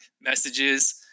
messages